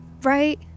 Right